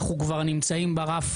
אנחנו כבר נמצאים ברף